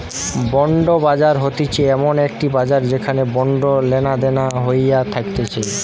bond বাজার হতিছে এমন একটি বাজার যেখানে বন্ড লেনাদেনা হইয়া থাকতিছে